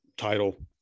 title